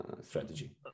strategy